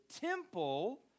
temple